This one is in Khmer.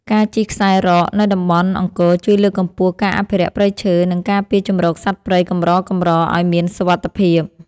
ការជិះខ្សែរ៉កនៅតំបន់អង្គរជួយលើកកម្ពស់ការអភិរក្សព្រៃឈើ និងការពារជម្រកសត្វព្រៃកម្រៗឱ្យមានសុវត្ថិភាព។